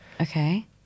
Okay